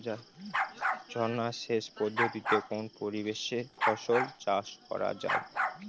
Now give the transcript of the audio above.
ঝর্না সেচ পদ্ধতিতে কোন পরিবেশে ফসল চাষ করা যায়?